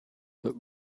but